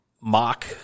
mock